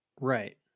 Right